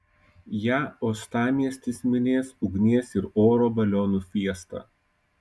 ją uostamiestis minės ugnies ir oro balionų fiesta